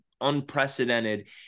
unprecedented